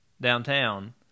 downtown